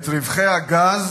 את רווחי הגז